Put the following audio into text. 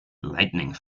lightning